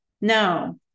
No